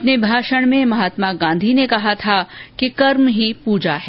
अपने भाषण में महात्मा गांधी ने कहा था कि कर्म ही पूजा है